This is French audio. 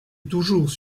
toujours